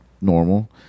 normal